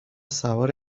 سوار